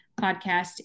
podcast